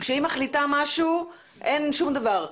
כשהיא מחליטה משהו אין שום דבר.